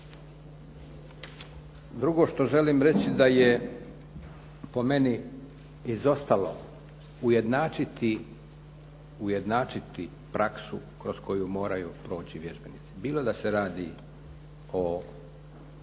Drugo želim reći da je po meni izostalo ujednačiti praksu kroz koju moraju proći vježbenici, bilo da se radi o